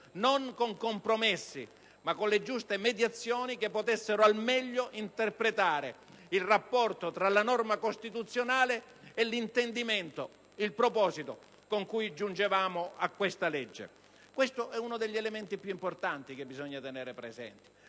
non con compromessi, ma con le giuste mediazioni che potessero al meglio interpretare il rapporto tra la norma costituzionale, e l'intendimento, il proposito con cui giungevamo a questa legge. Questo è uno degli elementi più importanti da tenere presente.